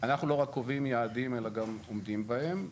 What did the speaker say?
אנחנו לא רק קובעים יעדים אלא גם עומדים בהם.